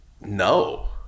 No